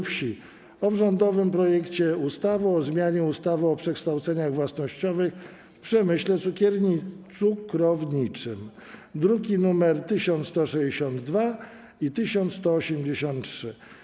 Wsi o rządowym projekcie ustawy o zmianie ustawy o przekształceniach własnościowych w przemyśle cukrowniczym (druki nr 1162 i 1183)